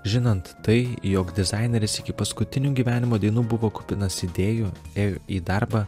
žinant tai jog dizaineris iki paskutinių gyvenimo dienų buvo kupinas idėjų ėjo į darbą